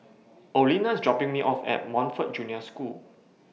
Olena IS dropping Me off At Montfort Junior School